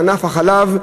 ענף החלב,